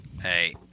hey